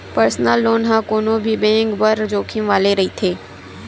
personal loan ह कोनो भी बेंक बर जोखिम वाले रहिथे